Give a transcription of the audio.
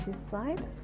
side,